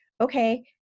okay